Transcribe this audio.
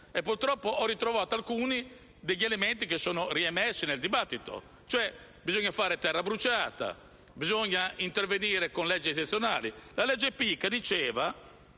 purtroppo ho ritrovato alcuni degli elementi emersi nel dibattito attuale: bisogna fare terra bruciata, bisogna intervenire con leggi eccezionali. La legge Pica diceva